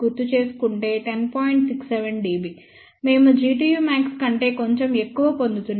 67 dB మేము Gtu max కంటే కొంచెం ఎక్కువ పొందుతున్నాము